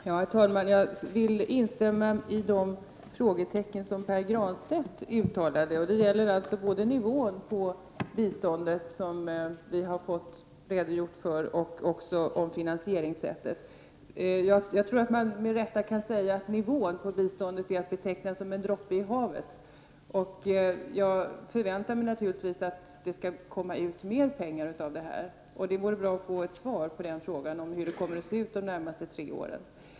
Herr talman! Jag vill instämma när det gäller de frågetecken som Pär Granstedt satte. Det gäller alltså både nivån på det bistånd som vi har fått en redogörelse för och finansieringssättet. Jag tror att nivån på biståndet med rätta kan betecknas som en droppe i havet, och jag förväntar mig naturligtvis att det skall bli mer pengar. Det vore bra att få ett svar på frågan hur det kommer att se ut under de närmaste tre åren.